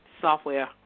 software